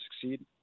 succeed